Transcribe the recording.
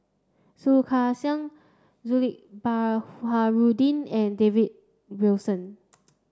Soh Kay Siang Baharudin and David Wilson